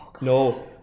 No